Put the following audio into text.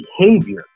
behavior